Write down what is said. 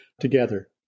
together